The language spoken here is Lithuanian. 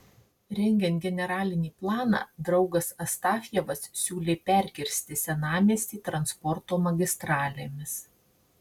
rengiant generalinį planą draugas astafjevas siūlė perkirsti senamiestį transporto magistralėmis